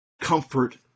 comfort